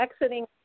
exiting